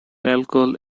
alcohol